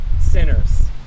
sinners